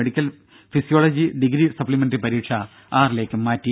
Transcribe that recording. medical physiology degree supplementary പരീക്ഷ ആറിലേക്ക് മാറ്റി